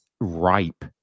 ripe